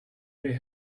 they